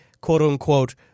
quote-unquote –